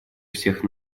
всех